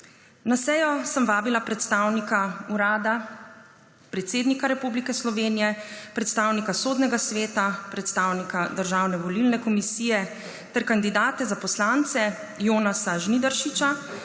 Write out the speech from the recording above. Na sejo sem vabila predstavnika Urada predsednika Republike Slovenije, predstavnika Sodnega sveta, predstavnika Državne volilne komisije ter kandidate za poslance Jonasa Žnidaršiča,